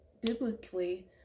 biblically